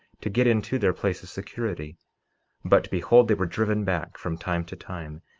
to get into their place of security but behold, they were driven back from time to time,